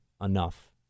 enough